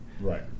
Right